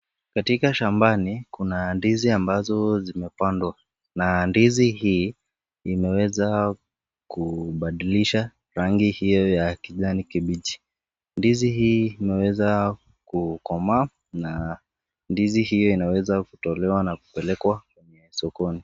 Katika shambani kuna ndizi ambazo zimepandwa na ndizi hii imeweza kubadilisha rangi hiyo ya kijani kibichi. Ndizi hii imeweza kukomaa na ndizi hii inaweza kutolewa na kupelekwa sokoni.